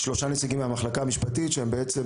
שלושה נציגים מהמחלקה המשפטית שהם בעצם